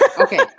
Okay